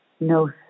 No